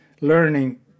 learning